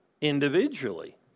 Individually